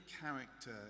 character